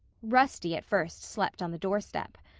rusty at first slept on the doorstep.